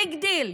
ביג דיל.